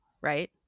Right